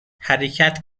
حرکت